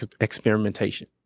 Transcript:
experimentation